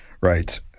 Right